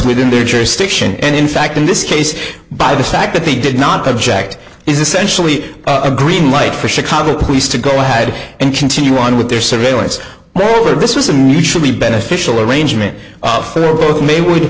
within their jurisdiction and in fact in this case by the fact that they did not object is essentially a green light for chicago police to go ahead and continue on with their surveillance over this was a mutually beneficial arrangement for both maywo